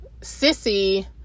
Sissy